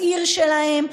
בעיר שלהם.